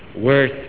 worth